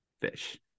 fish